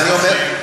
אני שוב אומר,